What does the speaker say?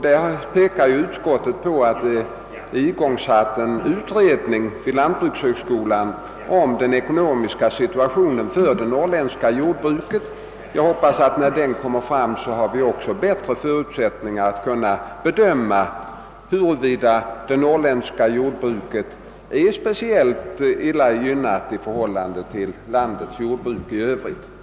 Där pekar utskottet på att det igångsatts en utredåning vid lantbrukshögskolan om den ekonomiska situationen för det norrländska jordbruket. Jag hoppas att vi, när resultatet föreligger, skall få bättre möjligheter att bedöma huruvida det norrländska jordbruket är speciellt illa gynnat i förhållande till landets jordbruk i övrigt.